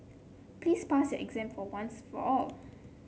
please pass your exam for once for all